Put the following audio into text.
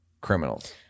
criminals